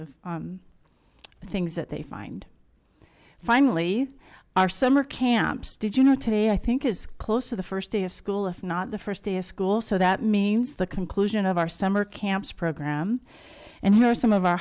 of things that they find finally our summer camps did you know today i think is close to the first day of school if not the first day of school so that means the conclusion of our summer camps program and here are some of our